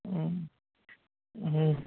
হুম হুম